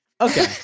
Okay